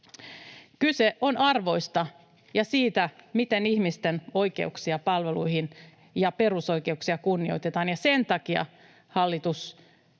Kyse on arvoista ja siitä, miten ihmisten oikeuksia palveluihin ja perusoikeuksia kunnioitetaan. Sen takia hallitus